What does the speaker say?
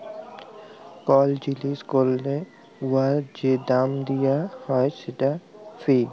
call জিলিস ক্যরলে উয়ার যে দাম দিয়া হ্যয় সেট ফি